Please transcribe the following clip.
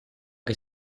che